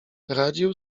radził